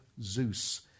Zeus